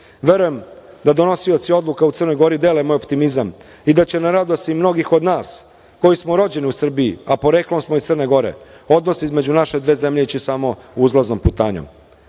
Verujem da donosioci odluka u Crnoj Gori dele moj optimizam i da će na radost i mnogih od nas koji smo rođeni u Srbiji, a poreklom smo iz Crne Gore odnos između naše dve zemlje ići samo uzlaznom putanjom. Bosna